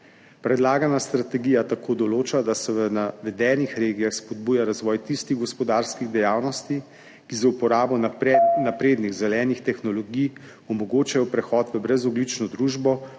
Predlagana strategija tako določa, da se v navedenih regijah spodbuja razvoj tistih gospodarskih dejavnosti, ki z uporabo naprednih zelenih tehnologij omogočajo prehod v brezogljično družbo,